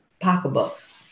pocketbooks